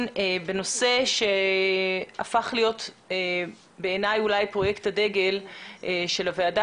בנושא שהפך להיות בעיניי אולי פרויקט הדגל של הוועדה